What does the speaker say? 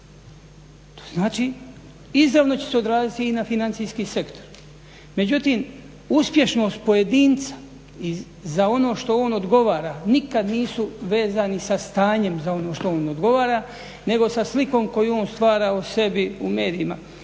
To znači izravno će se odraziti i na financijski sektor. Međutim, uspješnost pojedinca i za ono što on odgovara nikad nisu vezani sa stanjem za ono što on odgovara nego sa slikom koju on stvara o sebi u medijima.